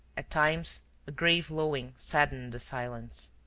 at times a grave lowing saddened the silence.